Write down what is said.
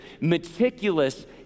meticulous